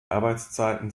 arbeitszeiten